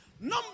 Number